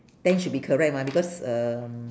ten should be correct mah because um